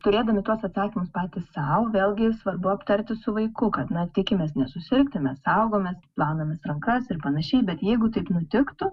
turėdami tuos atsakymus patys sau vėlgi svarbu aptarti su vaiku kad na tikimės nesusirgti mes saugomės plaunamės rankas ir panašiai bet jeigu taip nutiktų